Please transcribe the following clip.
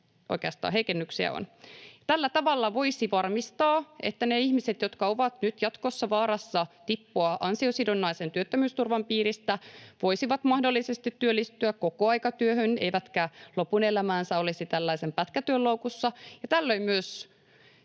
oikeastaan heikennyksiä on. Tällä tavalla voisi varmistaa, että ne ihmiset, jotka ovat nyt jatkossa vaarassa tippua ansiosidonnaisen työttömyysturvan piiristä, voisivat mahdollisesti työllistyä kokoaikatyöhön eivätkä lopun elämäänsä olisi tällaisen pätkätyön loukussa, ja tällöin myös